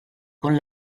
con